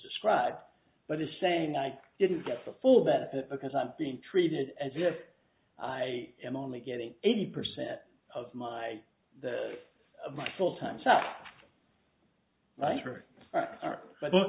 described but is saying i didn't get the full benefit because i'm being treated as if i am only getting eighty percent of my of my full time so